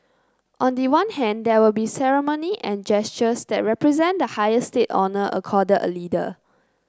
on the one hand there will be ceremony and gestures that represent the highest state honour accorded a leader